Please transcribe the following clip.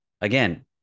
again